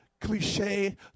cliche